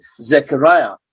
Zechariah